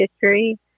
history